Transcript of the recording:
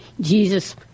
Jesus